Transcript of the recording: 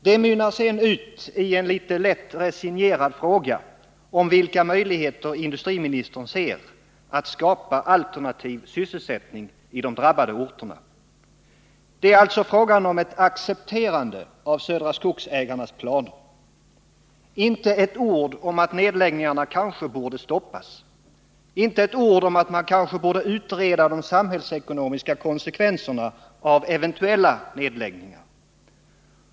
Detta mynnar sedan ut i en lätt resignerad fråga om vilka möjligheter industriministern ser att skapa alternativ sysselsättning i de drabbade orterna. Det är alltså fråga om ett accepterande av Södra Skogsägarnas planer. Inte ett ord om att nedläggningarna kanske borde stoppas! Inte ett ord om att man kanske borde utreda de samhällsekonomiska konsekvenserna av eventuella nedläggningar.